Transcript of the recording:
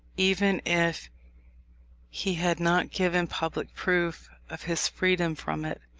even if he had not given public proof of his freedom from it,